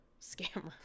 scammer